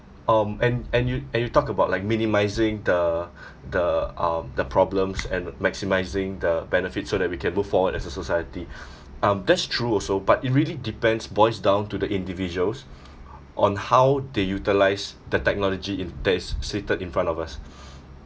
um and and you and you talk about like minimising the the uh the problems and maximising the benefits so that we can move forward as a society um that's true also but it really depends boils down to the individuals on how they utilise the technology in place seated in front of us